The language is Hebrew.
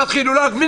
תתחילו להבין.